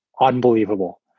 unbelievable